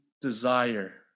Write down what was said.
desire